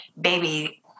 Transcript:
baby